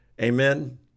Amen